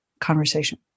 conversation